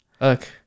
look